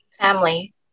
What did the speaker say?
Family